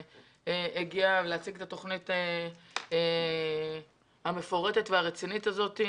הגיע להציג את התוכנית המפורטת והרצינית הזאת.